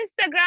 Instagram